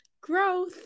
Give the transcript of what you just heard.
growth